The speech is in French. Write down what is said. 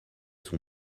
son